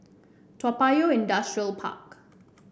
Toa Payoh Industrial Park